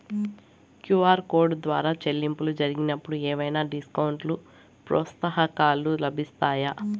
QR code ద్వారా చెల్లింపులు జరిగినప్పుడు ఏవైనా డిస్కౌంట్ లు, ప్రోత్సాహకాలు లభిస్తాయా?